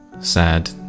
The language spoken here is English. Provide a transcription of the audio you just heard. sad